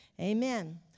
Amen